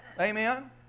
Amen